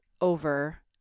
over